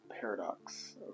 paradox